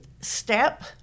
step